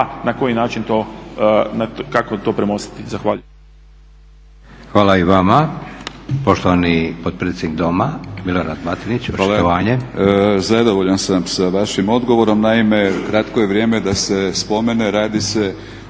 na koji način to, kako to premostiti. Zahvaljujem.